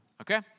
Okay